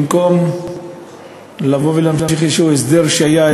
במקום לבוא ולהמשיך איזה הסדר שהיה,